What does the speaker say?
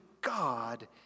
God